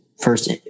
first